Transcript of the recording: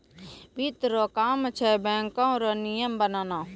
वित्त रो काम छै बैको रो नियम बनाना